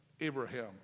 Abraham